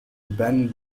benn